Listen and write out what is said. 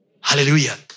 Hallelujah